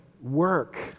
work